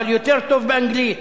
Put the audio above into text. אבל יותר טוב באנגלית,